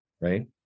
Right